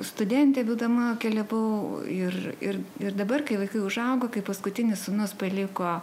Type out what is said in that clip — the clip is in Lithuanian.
studentė būdama keliavau ir ir ir dabar kai vaikai užaugo kaip paskutinis sūnus paliko